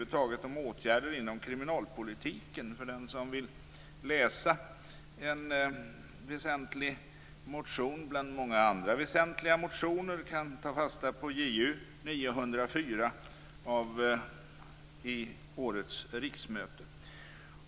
Den som vill läsa en väsentlig motion bland många andra väsentliga motioner kan ta fasta på Ju904 från årets riksmöte.